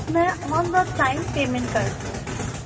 میں on the time payment کر دوں گی